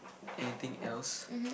anything else